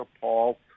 Paul